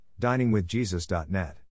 diningwithjesus.net